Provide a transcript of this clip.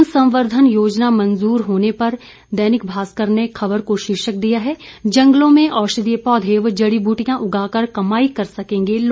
one संवर्द्वन योजना मंजूर होने पर पर दैनिक भास्कर ने खबर को शीर्षक दिया है जंगलों में औषधीय पौधे व जड़ी बूटियां उगाकर कमाई कर सकेंगे लोग